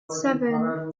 seven